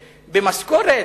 במשכורת?